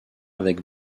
avec